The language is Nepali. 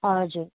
हजुर